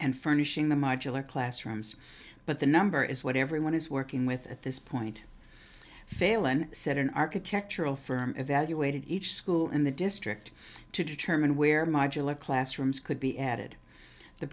and furnishing the modular classrooms but the number is what everyone is working with at this point failon said an architectural firm evaluated each school in the district to determine where modular classrooms could be added the